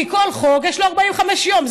כי לכל חוק יש 45 יום.